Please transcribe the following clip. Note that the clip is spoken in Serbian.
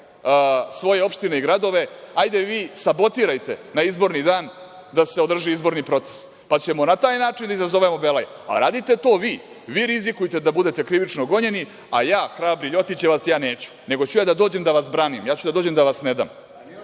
svoje opštine i gradove, hajde vi sabotirajte na izborni dan, da se održi izborni proces, pa ćemo na taj način da izazovemo belaj. Radite to vi, vi rizikujte da budete krivično gonjeni, a ja hrabri ljotićevac, ja neću, nego ću ja da dođem da vas branim, ja ću da dođem da vas ne dam.A